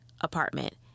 apartment